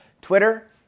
Twitter